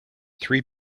three